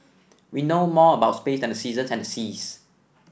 we know more about space than the seasons and the seas